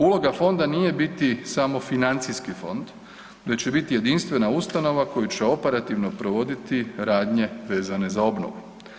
Uloga fonda nije biti samo financijski fond, već i biti jedinstvena ustanova koja će oparativno provoditi radnje vezane za obnovu.